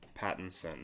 pattinson